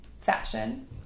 fashion